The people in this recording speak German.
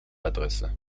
adresse